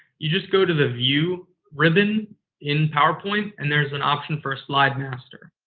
you just go to the view ribbon in powerpoint, and there's an option for a slide master.